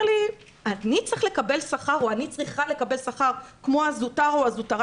לי שהוא צריך לקבל שכר או אני צריכה לקבל שכר כמו הזוטר או הזוטרה